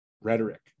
rhetoric